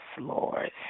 Lord